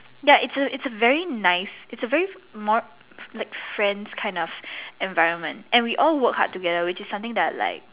ya it's a it's a very nice it's a very more like friends kind of environment and we all work hard together which is something that I like